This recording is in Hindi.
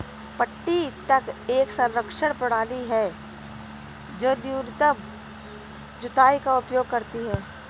पट्टी तक एक संरक्षण प्रणाली है जो न्यूनतम जुताई का उपयोग करती है